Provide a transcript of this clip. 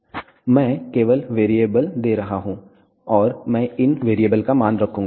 मैं केवल वेरिएबल दे रहा हूं और मैं इन वेरिएबल का मान रखूंगा